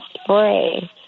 spray